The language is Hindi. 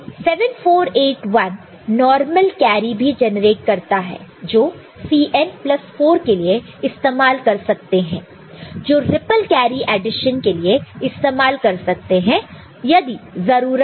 74181 नॉर्मल कैरी भी जेनरेट करता है जो Cn प्लस 4 के लिए इस्तेमाल कर सकते हैं जो रिप्पल कैरी एडिशन के लिए इस्तेमाल कर सकते हैं यदि जरूरत हो तो